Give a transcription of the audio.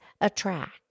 attract